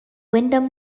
wyndham